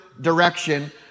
direction